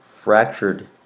fractured